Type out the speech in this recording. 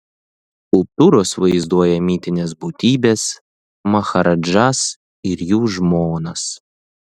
skulptūros vaizduoja mitines būtybes maharadžas ir jų žmonas